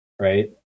right